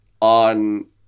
on